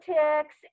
politics